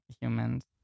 humans